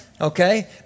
okay